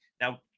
now